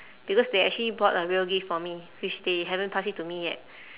because they actually bought a real gift for me which they haven't pass it to me yet